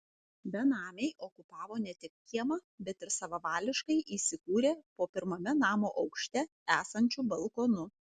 benamiai okupavo ne tik kiemą bet ir savavališkai įsikūrė po pirmame namo aukšte esančiu balkonu